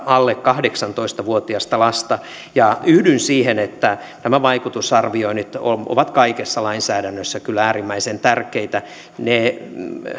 alle kahdeksantoista vuotiasta lasta ja yhdyn siihen että nämä vaikutusarvioinnit ovat kaikessa lainsäädännössä kyllä äärimmäisen tärkeitä ne